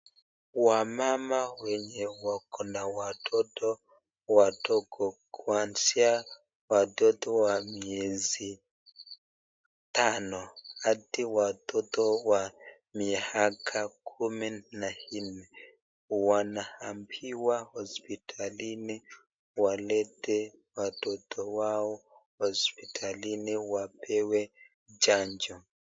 Wamama wenye wako na watoto wadogo kwanzia watoto wa miezi tano hadi watoto wa miaka kumi na nne, wanaambiwa hospitalini walete watoto wao hospitalini wapewe chanjo.